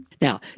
Now